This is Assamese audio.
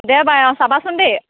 দেওবাৰে অঁ চাবাচোন দেই